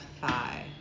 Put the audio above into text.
thigh